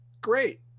Great